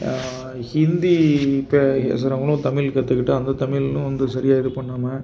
ஹிந்தி பேசறவங்களும் தமிழ் கற்றுக்கிட்டு அந்த தமிழிலும் வந்து சரியாக இது பண்ணாமல்